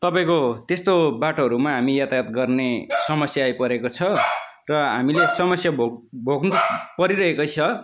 तपाईँको त्यस्तो बाटोहरूमा हामी यातायात गर्ने समस्या आइपरेको छ र हामीले समस्या भोग भोग्नु परिरहेको छ